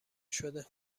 شده